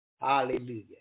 Hallelujah